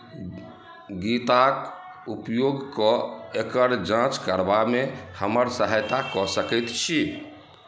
गीताक उपयोग कऽ एकर जाँच करबामे हमर सहायता कऽ सकैत छी